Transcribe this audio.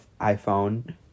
iPhone